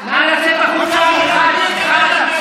נא לצאת החוצה, מיכל.